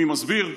מי מסביר?